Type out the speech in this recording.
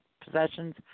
possessions